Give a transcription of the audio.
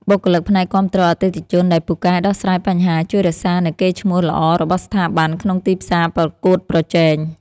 បុគ្គលិកផ្នែកគាំទ្រអតិថិជនដែលពូកែដោះស្រាយបញ្ហាជួយរក្សានូវកេរ្តិ៍ឈ្មោះល្អរបស់ស្ថាប័នក្នុងទីផ្សារប្រកួតប្រជែង។